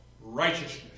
righteousness